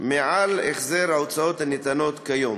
מעל החזר ההוצאות הניתנות כיום.